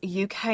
UK